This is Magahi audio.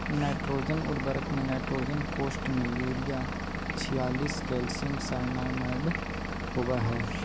नाइट्रोजन उर्वरक में नाइट्रोजन कोष्ठ में यूरिया छियालिश कैल्शियम साइनामाईड होबा हइ